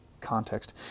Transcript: context